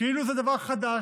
כאילו זה דבר חדש,